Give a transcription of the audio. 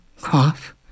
cough